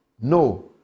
no